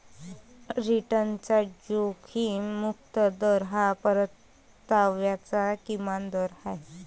रिटर्नचा जोखीम मुक्त दर हा परताव्याचा किमान दर आहे